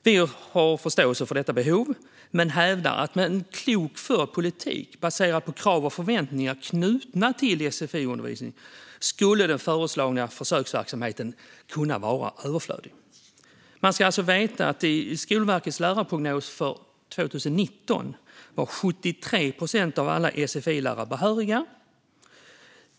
Vi har förståelse för detta behov men hävdar att med en klokt förd politik, baserad på krav och förväntningar knutna till sfi-undervisning, skulle den föreslagna försöksverksamheten kunna vara överflödig. Man ska veta att i Skolverkets lärarprognos för 2019 var 73 procent av alla sfi-lärare behöriga.